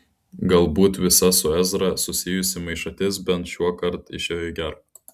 galbūt visa su ezra susijusi maišatis bent šiuokart išėjo į gera